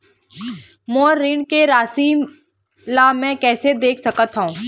मोर ऋण के राशि ला म कैसे देख सकत हव?